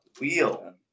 wheel